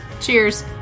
Cheers